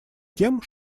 тем